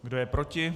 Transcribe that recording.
Kdo je proti?